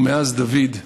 ומאז, דוד,